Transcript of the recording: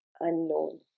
unknown